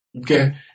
okay